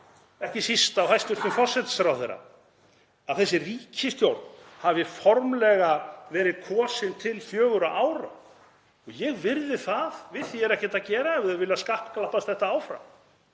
ekki síst af hæstv. forsætisráðherra, að þessi ríkisstjórn hefur formlega verið kosin til fjögurra ára og ég virði það. Við því er ekkert að gera ef þau vilja skakklappast þetta áfram.